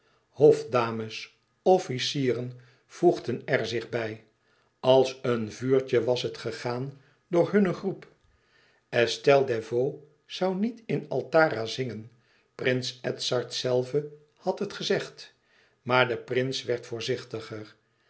hofdames officieren voegden er zich bij als een vuurtje was het gegaan door hunne groep estelle desvaux zoû niet in altara zingen prins edzard zelve had het gezegd maar de prins werd voorzichtiger